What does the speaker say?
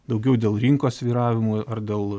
daugiau dėl rinkos svyravimų ar dėl